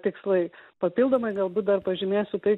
tikslai papildomai galbūt dar pažymėsiu tai